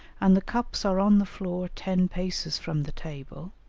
and the cups are on the floor ten paces from the table,